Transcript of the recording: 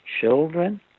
children